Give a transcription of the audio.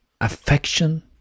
affection